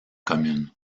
commune